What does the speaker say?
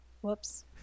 Whoops